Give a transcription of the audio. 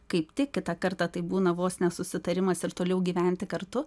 kaip tik kitą kartą tai būna vos ne susitarimas ir toliau gyventi kartu